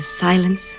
silence